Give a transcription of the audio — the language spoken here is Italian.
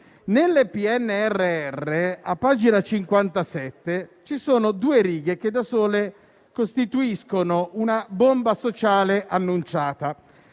Nel PNRR, a pagina 58, ci sono due righe che da sole costituiscono una bomba sociale annunciata.